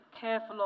careful